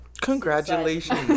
congratulations